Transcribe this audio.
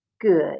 Good